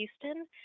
Houston